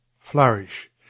flourish